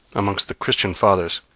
amongst the christian fathers,